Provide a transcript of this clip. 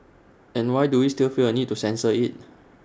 and why do we still feel A need to censor IT